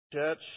Church